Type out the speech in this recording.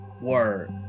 word